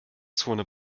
zone